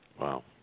Wow